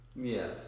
Yes